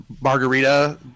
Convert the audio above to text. Margarita